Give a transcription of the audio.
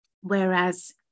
whereas